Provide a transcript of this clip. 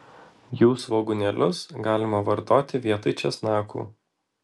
jų svogūnėlius galima vartoti vietoj česnakų